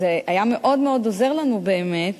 וזה היה מאוד מאוד עוזר לנו באמת,